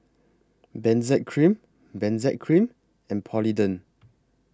Benzac Cream Benzac Cream and Polident